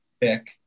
pick